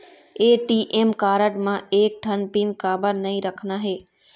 ATM card म एक ठन पिन काबर नई रखना हे?